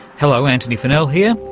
hello, antony funnell here,